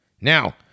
Now